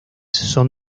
son